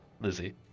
Lizzie